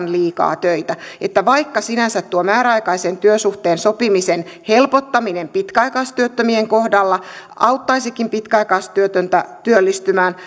liikaa töitä että vaikka sinänsä tuo määräaikaisen työsuhteen sopimisen helpottaminen pitkäaikaistyöttömien kohdalla auttaisikin pitkäaikaistyötöntä työllistymään